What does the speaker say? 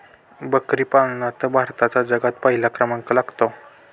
बकरी पालनात भारताचा जगात पहिला क्रमांक लागतो